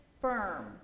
firm